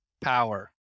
power